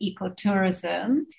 ecotourism